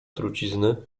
trucizny